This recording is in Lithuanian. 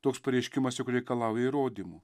toks pareiškimas juk reikalauja įrodymų